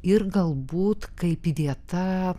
ir galbūt kaip įdėta